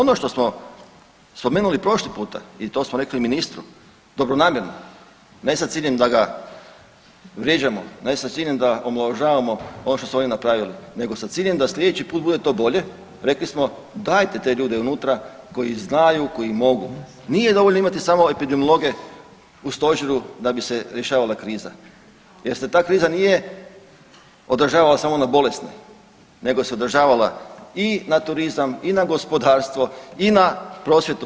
Ono što smo spomenuli prošli puta i to smo rekli ministru dobronamjerno ne sa ciljem da ga vrijeđamo, ne sa ciljem da omalovažavamo ono što su oni napravili nego sa ciljem da slijedeći put to bude bolje, rekli smo dajte te ljude unutra koji znaju i koji mogu, nije dovoljno imati samo epidemiologe u stožeru da bi se rješavala kriza jer se ta kriza nije odražavala samo na bolesne nego se odražavala i na turizam i na gospodarstvo i na prosvjetu.